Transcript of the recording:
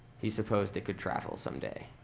he supposed it could travel some day.